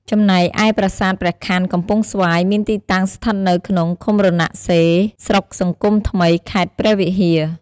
ចំណែកឯប្រាសាទព្រះខ័នកំពង់ស្វាយ មានទីតាំងស្ថិតនៅក្នុង ឃុំរណសិរ្ស ស្រុកសង្គមថ្មី ខេត្តព្រះវិហារ។